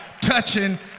touching